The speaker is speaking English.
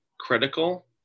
critical